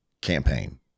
campaign